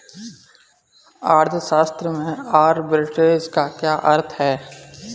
अर्थशास्त्र में आर्बिट्रेज का क्या अर्थ है?